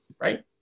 Right